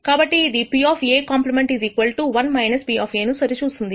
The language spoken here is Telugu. కాబట్టి ఇది Pc 1 P ను సరి చూస్తుంది